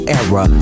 era